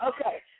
Okay